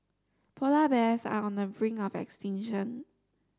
polar bears are on the brink of extinction